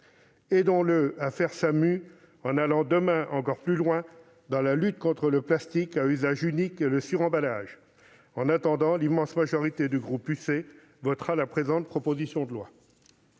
Aidons-le à faire sa mue en allant demain encore plus loin dans la lutte contre le plastique à usage unique et le suremballage ! En attendant, l'immense majorité du groupe UC votera en faveur de la présente proposition de loi.